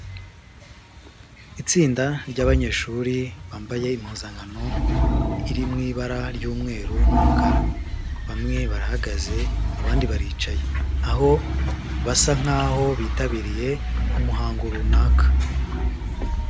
Itsinda ry'abanyeshuri bambaye impuzankano iri mu ibara ry'umweru n'umukara, bamwe barahagaze, abandi baricaye, aho basa nk'aho bitabiriye umuhango runaka.